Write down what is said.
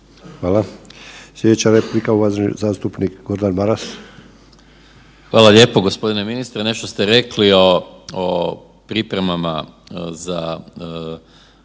Hvala. Sljedeća replika uvaženi zastupnik Gordan Maras. **Maras, Gordan (SDP)** Hvala lijepo. Gospodine ministre nešto ste rekli o pripremama za